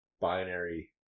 Binary